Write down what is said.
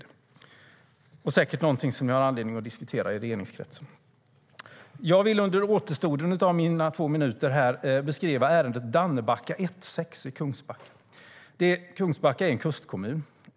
Det är säkert något som ni har anledning att diskutera i regeringskretsen. Jag vill under återstoden av mina två minuter beskriva ärendet Dannebacka 1:6 i Kungsbacka. Kungsbacka är en kustkommun.